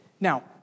Now